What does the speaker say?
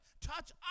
touch